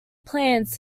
plans